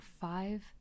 five